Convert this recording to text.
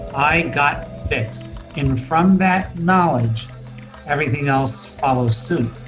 i got fixed and from that knowledge everything else follows suit.